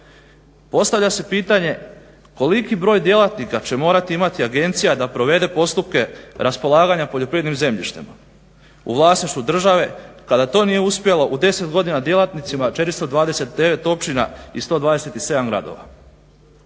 Postavlja se pitanje koliki broj djelatnika će morati imati agencija da provede postupke raspolaganja poljoprivrednim zemljištem u vlasništvu države kada to nije uspjelo u deset godina djelatnicima 429 općina i 127 gradova?